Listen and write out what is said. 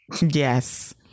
Yes